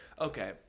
Okay